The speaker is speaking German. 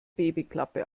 babyklappe